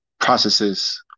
processes